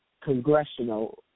congressional